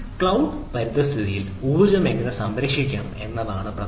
cloud പരിതസ്ഥിതിയിൽ ഊർജ്ജം എങ്ങനെ സംരക്ഷിക്കാം എന്നതാണ് പ്രധാനം